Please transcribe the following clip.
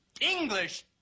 English